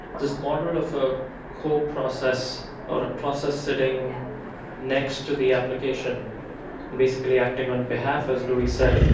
this model of a co-process or a process sitting next to the application and basically acting on behalf, as louis said,